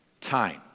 time